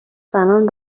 زنان